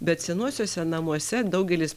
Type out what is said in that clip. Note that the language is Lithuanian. bet senuosiuose namuose daugelis